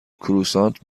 کروسانت